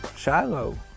Shiloh